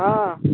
ହାଁ